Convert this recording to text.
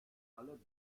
alle